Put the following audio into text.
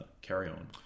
carry-on